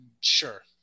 Sure